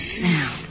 Now